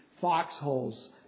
foxholes